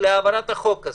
להעברת החוק הזה.